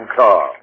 car